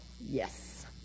Yes